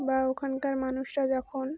বা ওখানকার মানুষরা যখন